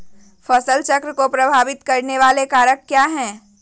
फसल चक्र को प्रभावित करने वाले कारक क्या है?